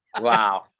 Wow